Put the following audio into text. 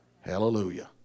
Hallelujah